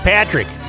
Patrick